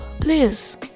please